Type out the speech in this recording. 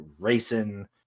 racing